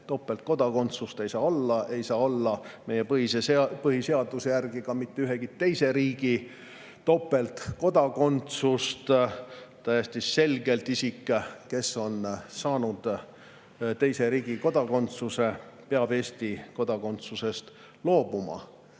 topeltkodakondsust ei saa olla. Ei saa olla meie põhiseaduse järgi ka mitte ühegi teise riigi topeltkodakondsust. Täiesti selgelt peab isik, kes on saanud teise riigi kodakondsuse, Eesti kodakondsusest loobuma. Muidugi